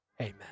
Amen